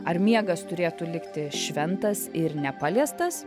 ar miegas turėtų likti šventas ir nepaliestas